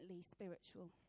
spiritual